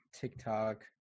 TikTok